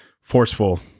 forceful